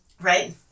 Right